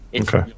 Okay